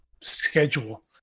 schedule